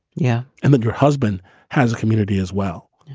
yeah. and that your husband has a community as well yeah,